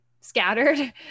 scattered